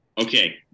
Okay